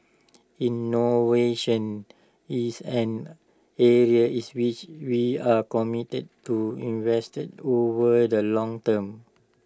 innovation is an area is which we are committed to invested over the long term